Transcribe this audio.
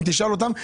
אם תשאל אותם,